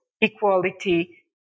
equality